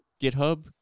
GitHub